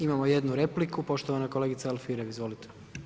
Imamo jednu repliku, poštovana kolegica Alfirev, izvolite.